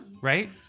Right